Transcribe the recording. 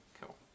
cool